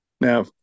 now